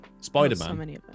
Spider-Man